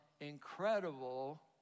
incredible